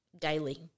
Daily